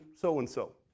so-and-so